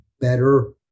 better